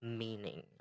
meaning